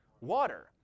Water